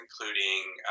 including